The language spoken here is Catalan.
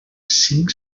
cinc